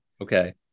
Okay